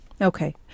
Okay